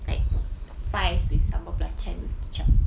like fries with sambal belacan with kicap